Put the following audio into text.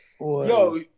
Yo